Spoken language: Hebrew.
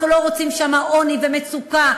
אנחנו לא רוצים שם עוני ומצוקה,